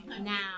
now